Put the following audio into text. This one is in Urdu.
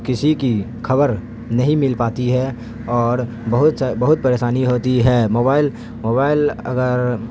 کسی کی خبر نہیں مل پاتی ہے اور بہت بہت پریشانی ہوتی ہے موبائل موبائل اگر